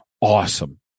awesome